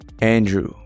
Andrew